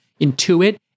Intuit